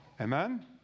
Amen